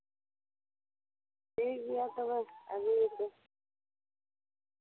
ᱴᱷᱤᱠ ᱜᱮᱭᱟ ᱛᱚᱵᱮ ᱟᱹᱜᱩᱭᱮᱯᱮ